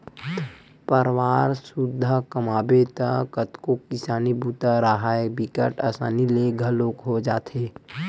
परवार सुद्धा कमाबे त कतको किसानी बूता राहय बिकट असानी ले घलोक हो जाथे